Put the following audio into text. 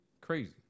crazy